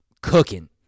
cooking